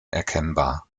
erkennbar